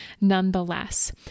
nonetheless